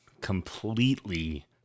completely